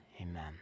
amen